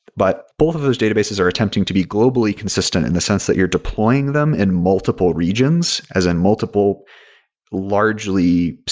but both of those databases are attempting to be globally consistent in the sense that you're deploying them in multiple regions as in multiple largely,